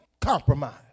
compromise